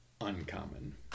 uncommon